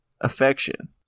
affection